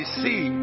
see